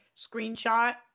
screenshot